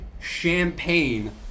champagne